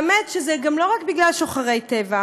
האמת היא שזה לא רק בגלל שוחרי טבע,